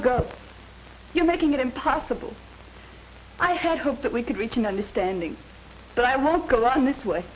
go you're making it impossible i had hoped that we could reach an understanding but i won't go on this way